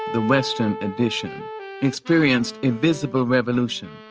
the western addition experienced invisible revolution.